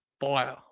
fire